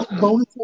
bonus